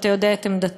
ואתה יודע את עמדתי,